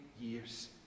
years